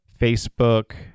Facebook